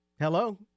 Hello